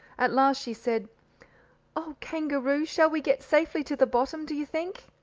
at last she said oh, kangaroo, shall we get safely to the bottom do you think?